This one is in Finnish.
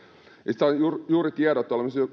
sain juuri juuri tiedon että